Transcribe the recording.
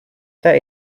that